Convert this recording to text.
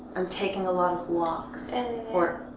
i'm taking a lot of walks. and